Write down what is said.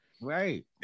right